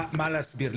מה להסביר?